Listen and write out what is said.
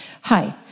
Hi